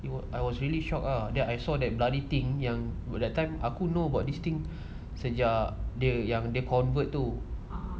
it was I was really shocked ah then I saw that bloody thing yang that time aku know about this thing said ya they ya dia convert to